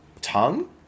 tongue